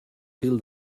fil